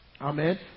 Amen